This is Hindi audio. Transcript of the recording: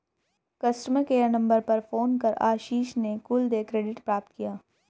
कस्टमर केयर नंबर पर फोन कर आशीष ने कुल देय क्रेडिट प्राप्त किया